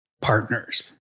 partners